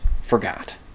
forgot